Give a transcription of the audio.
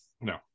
No